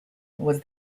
was